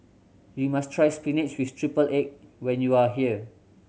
you must try spinach with triple egg when you are here